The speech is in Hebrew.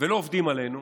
ולא עובדים עלינו,